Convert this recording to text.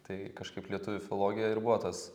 tai kažkaip lietuvių filogija ir buvo tas